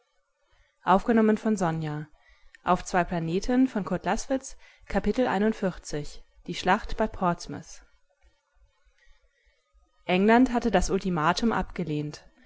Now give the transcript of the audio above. die schlacht bei portsmouth england hatte das ultimatum abgelehnt